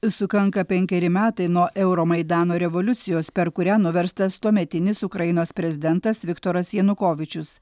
sukanka penkeri metai nuo euromaidano revoliucijos per kurią nuverstas tuometinis ukrainos prezidentas viktoras janukovyčius